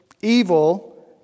evil